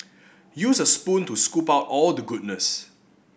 use a spoon to scoop out all the goodness